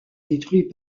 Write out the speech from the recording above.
détruit